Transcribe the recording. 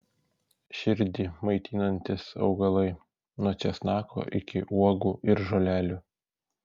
širdį maitinantys augalai nuo česnako iki uogų ir žolelių